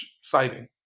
sighting